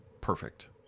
perfect